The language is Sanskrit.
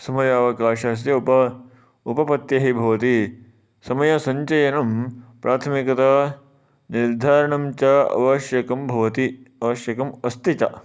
समय अवकाशस्य उप उपपत्यै भवति समयसञ्चयनं प्राथमिकतायाः निर्धारणं च आवश्यकं भवति आवश्यकम् अस्ति च